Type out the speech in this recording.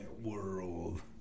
world